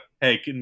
hey